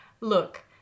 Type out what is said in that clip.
Look